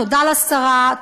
תודה לשרה,